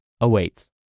awaits